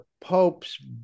Pope's